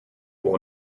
will